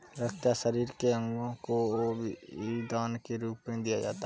रक्त या शरीर के अंगों को भी दान के रूप में दिया जा सकता है